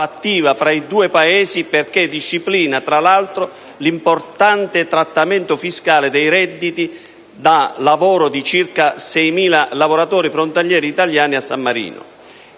la collaborazione fattiva tra i due Paesi. Infatti, disciplina, tra l'altro, l'importante trattamento fiscale dei redditi da lavoro di circa 6.000 lavoratori frontalieri italiani a San Marino